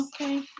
Okay